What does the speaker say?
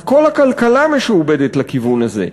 כל הכלכלה משועבדת לכיוון הזה.